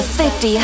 50